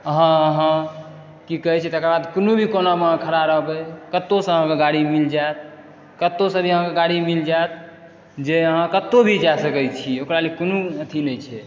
अहाँ की कहैत छै तकरबाद कोनो भी कोनामे खड़ा रहबै कतहुसँ अहाँकेँ गाड़ी मिल जायत कतहुसँ भी अहाँकेँ गाड़ी मिल जायत जे अहाँ कतहु भी जा सकैत छी ओकरा लेल कोनो अथी नहि छै